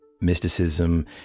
mysticism